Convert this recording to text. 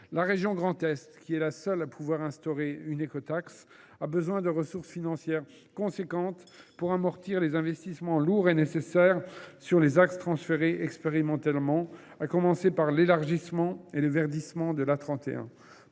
La région Grand Est, qui est la seule à pouvoir instaurer une écotaxe, a besoin de ressources financières importantes pour amortir les investissements lourds et nécessaires sur les axes transférés expérimentalement, à commencer par l’élargissement et le verdissement de l’A31.